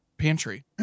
pantry